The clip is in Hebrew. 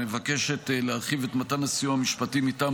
מבקשת להרחיב את מתן הסיוע המשפטי מטעם